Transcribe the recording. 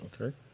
Okay